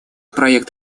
проект